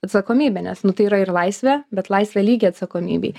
atsakomybę nes nu tai yra ir laisvė bet laisvė lygi atsakomybei